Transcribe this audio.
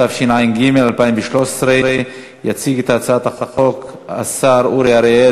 התשע"ג 2013. יציג את הצעת החוק השר אורי אריאל,